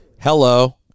Hello